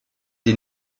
des